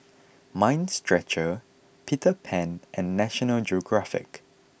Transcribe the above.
Mind Stretcher Peter Pan and National Geographic